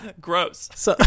gross